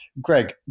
Greg